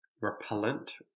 repellent